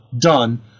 done